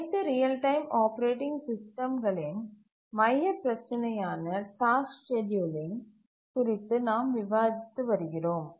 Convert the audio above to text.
அனைத்து real time operating சிஸ்டம்களின் மையப் பிரச்சினையான டாஸ்க் ஸ்கேட்யூலிங் குறித்து நாம் விவாதித்து வருகிறோம்